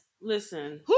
listen